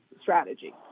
strategy